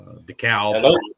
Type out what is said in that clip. Decal